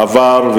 עבר,